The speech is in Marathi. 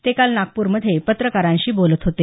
ते काल नागपूरमध्ये पत्रकारांशी बोलत होते